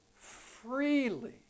freely